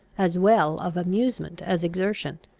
as well of amusement as exertion.